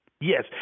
Yes